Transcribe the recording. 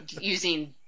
using